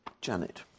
Janet